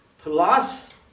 plus